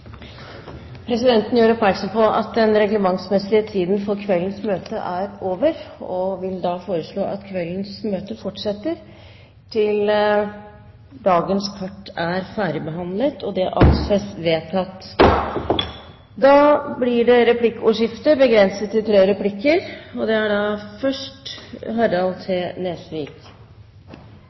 Presidenten gjør oppmerksom på at den reglementsmessige tiden for kveldens møte er over, og vil foreslå at kveldens møte fortsetter til dagens kart er ferdigbehandlet. – Det anses vedtatt. Det blir replikkordskifte.